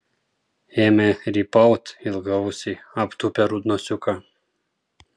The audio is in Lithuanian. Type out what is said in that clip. ėmė rypaut ilgaausiai aptūpę rudnosiuką